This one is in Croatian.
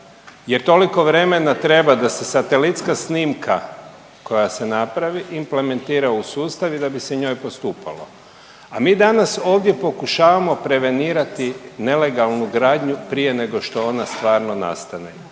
jer toliko vremena treba da se satelitska snimka koja se napravi implementira u sustav i da bi se njoj postupalo. A mi danas ovdje pokušavamo prevenirati nelegalnu gradnju prije nego što ona stvarno nastane.